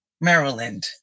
Maryland